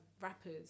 rappers